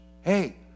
hey